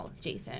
Jason